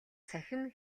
цахим